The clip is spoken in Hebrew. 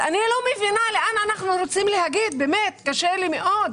אני לא מבינה לאן אנחנו רוצים להגיע, קשה לי מאוד.